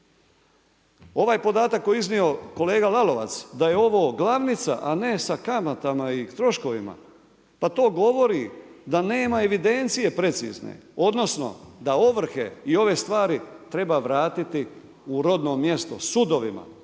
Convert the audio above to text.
Ovaj podatak koji je iznio kolega Lalovac da je ovo glavnica, a ne sa kamatama i troškovima, pa to govori da nema evidencije precizne, odnosno da ovrhe i ove stvari treba vratiti u rodno mjesto sudovima,